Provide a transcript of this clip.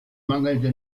mangelnde